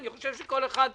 אני חושב שכל אחד מאיתנו,